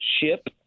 ship